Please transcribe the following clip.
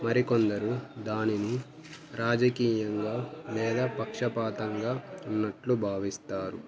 మరికొందరు దానిని రాజకీయంగా లేదా పక్షపాతంగా ఉన్నట్లు భావిస్తారు